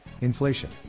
Inflation